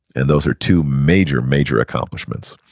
and those are two major, major accomplishments.